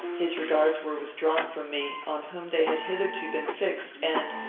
his regards were withdrawn from me, on whom they had hitherto been fixed and,